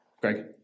Greg